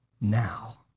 now